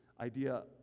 idea